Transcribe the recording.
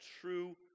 true